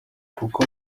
kuko